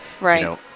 Right